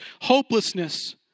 hopelessness